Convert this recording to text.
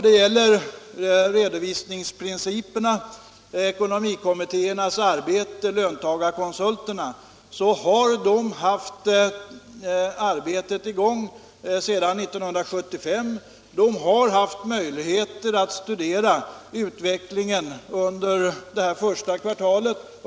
Ekonomikommittéerna och löntagarkonsulterna har arbetat sedan 1975. De har haft möjligheter att studera utvecklingen under det här första kvartalet.